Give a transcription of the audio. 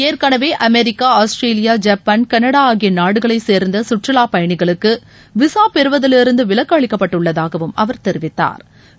ஏற்கெனவே America Australia Japan Canada ஆகிய நாடுகளை சேர்ந்த சுற்றுலா பயனிகளுக்கு விசா பெறுவதிலிருந்து விலக்கு அளிக்கப்பட்டுள்ளதாக அவர் தெரிவித்தாா்